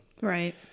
right